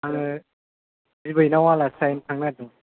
आङो बिबैनाव आलासि जाहैनो थांनो नागेरदोंमोन